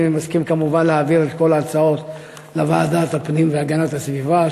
אני מסכים כמובן להעביר את כל ההצעות לוועדת הפנים והגנת הסביבה,